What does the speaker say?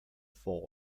fall